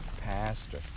pastor